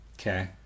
Okay